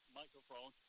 microphone